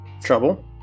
Trouble